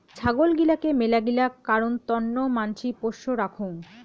ছাগল গিলাকে মেলাগিলা কারণ তন্ন মানসি পোষ্য রাখঙ